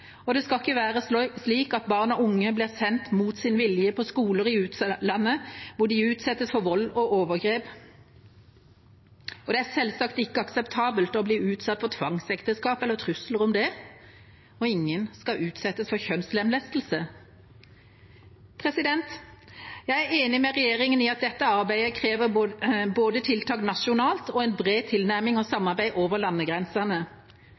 Det skal ikke være slik at barn og unge mot sin vilje blir sendt på skoler i utlandet, hvor de utsettes for vold og overgrep. Det er selvsagt heller ikke akseptabelt å bli utsatt for tvangsekteskap eller trusler om det. Og ingen skal utsettes for kjønnslemlestelse. Jeg er enig med regjeringa i at dette arbeidet krever både tiltak nasjonalt og en bred tilnærming og samarbeid over landegrensene.